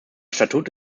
statut